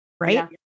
Right